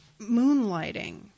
moonlighting